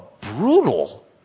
brutal